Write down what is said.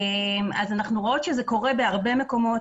אנחנו רואים שזה קורה בהרבה מקומות.